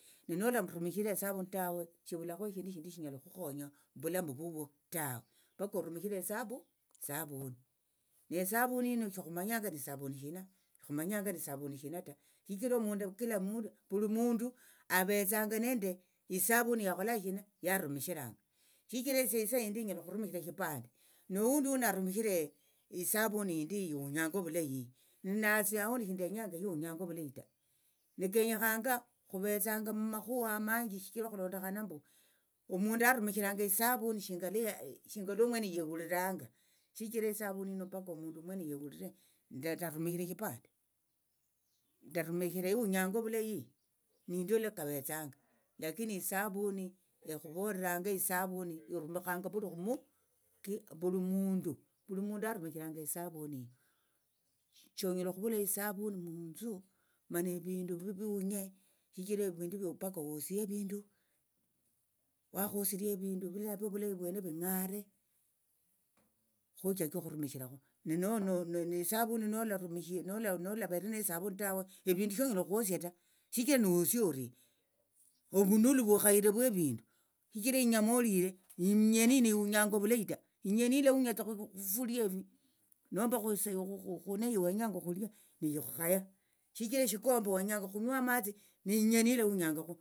Nenolarumishira esavuni tawe shivulakhoho eshindu shindi shinyala okhukhonya muvulamu vuvwo tawe paka orumishire esavu esavuni nesavuni yino shikhumanyanga ni savuni shina khumanyanga ni savuni shina ta shichira omundu kila mundu vuli mundu avetsanga nende isavuni yakhola shina yarumishiranga shichira esie isa yindi enyala okhurumishira eshipande nohundi huno arumishire isavuni yindi yihunyanga ovulaye nenasie aundi shindenyanga iunyanga ovulayi ta nikenyekhanga khuvetsanga mumakhuwa amanji shichira okhulondokhana mbu omundu arumishiranga esavuni shinga lomwene yehuliranga shichira yino paka omundu omwene yehulire nola ndarumushira eshipande ndarumishira iunyanga ovulayi ii nindio lokavetsanga lakini isavuni ikhuvoleranga esavuni irumukhanga vuli khumu kila vuli mundu vuli mundu arumishiranga esavuni iyo shonyola esavuni munthu mana evindu vihunye shichira evindu evindu ivyo paka wosirie evindu wakhosiria evindu vilave ovulayi vwene ving'are khochache okhurumishirakho neno nesavuni nolarumishire nolavere nesavuni tawe evindu shonyala okhwosia ta shichira nowosie orio ovunulu vukhayire vwe vindu shichira inyama olire inyeni yino ihunyanga ovulayi ta inyeni ilahunyatsa khufulia efi nomba khusu khune yiwenyanga okhulia nikhukhaya shichira eshikombe wenyanga okhunywa amatsi ne inyeni ilahunyangakhu.